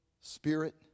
Spirit